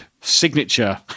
signature